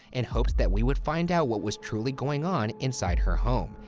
and hoped that we would find out what was truly going on inside her home,